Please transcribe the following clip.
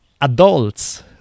adults